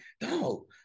no